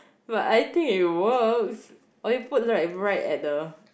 but I think it works or you put right right at the